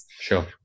Sure